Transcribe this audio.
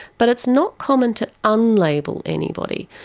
but it's not common to un-label anybody.